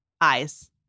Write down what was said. Eyes